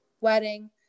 wedding